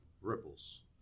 ripples